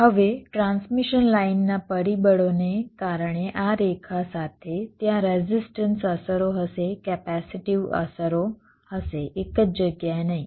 હવે transmission line ના પરિબળોને કારણે આ રેખા સાથે ત્યાં રેઝિસ્ટન્સ અસરો હશે કેપેસિટીવ અસરો હશે એક જ જગ્યાએ નહીં